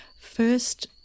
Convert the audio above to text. first